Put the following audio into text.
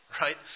right